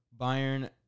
Bayern